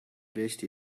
dressed